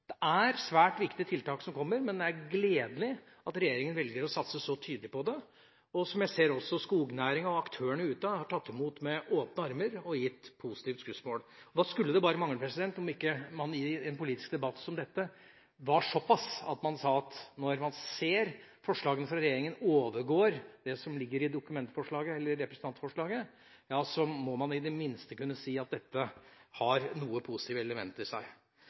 kraftig og svært treffsikkert. Det er svært viktige tiltak som kommer, men det er gledelig at regjeringa velger å satse så tydelig på dette, og som jeg ser at skognæringa og aktørene ute har tatt imot med åpne armer og har gitt positivt skussmål. Da skulle det bare mangle at man i en politisk debatt som dette ikke var såpass at man – når man ser at forslagene fra regjeringa overgår det som ligger i representantforslaget – i det minste kunne si at dette har noen positive elementer i seg.